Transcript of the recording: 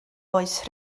oes